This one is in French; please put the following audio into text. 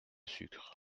sucre